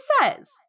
says